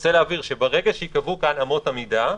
ברגע שייקבעו כאן אמות המידה,